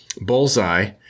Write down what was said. bullseye